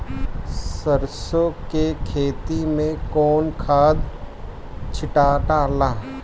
सरसो के खेती मे कौन खाद छिटाला?